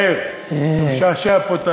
מאיר, תשעשע פה את